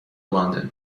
london